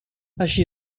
així